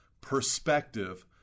perspective